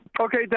okay